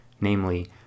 Namely